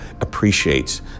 appreciates